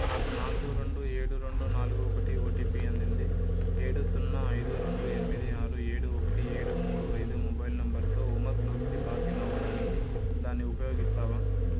నాకు నాలుగు రెండు ఏడు రెండు నాలుగు ఒకటి ఓటిపి అందింది ఏడు సున్నా ఐదు రెండు ఎనిమిది ఆరు ఏడు ఒకటి ఏడు మూడు ఐదు మొబైల్ నంబర్తో ఉమంగ్లోకి లాగిన్ అవ్వడానికి దాన్ని ఉపయోగిస్తావా